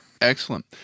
excellent